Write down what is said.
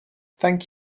thank